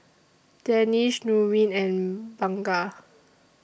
Danish Nurin and Bunga